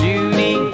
Judy